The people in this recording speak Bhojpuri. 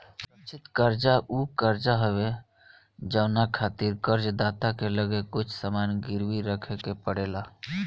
सुरक्षित कर्जा उ कर्जा हवे जवना खातिर कर्ज दाता के लगे कुछ सामान गिरवी रखे के पड़ेला